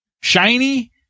shiny